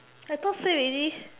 I thought say already